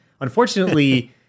Unfortunately